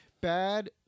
bad